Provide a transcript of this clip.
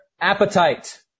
appetite